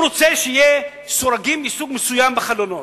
הוא רוצה שיהיו סורגים מסוג מסוים בחלונות,